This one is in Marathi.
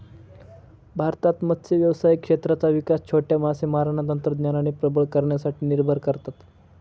भारतात मत्स्य व्यावसायिक क्षेत्राचा विकास छोट्या मासेमारांना तंत्रज्ञानाने प्रबळ करण्यासाठी निर्भर करत